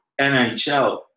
NHL